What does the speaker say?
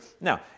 Now